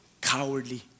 Cowardly